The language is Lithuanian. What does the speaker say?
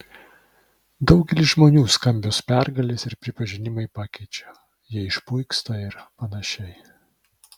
daugelį žmonių skambios pergalės ir pripažinimai pakeičia jie išpuiksta ir panašiai